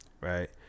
right